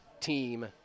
team